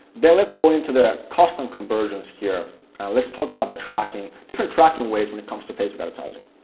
then let's go into the custom conversions here and let's talk about the tracking, different tracking ways when it comes to facebook advertising.